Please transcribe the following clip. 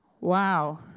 Wow